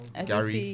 Gary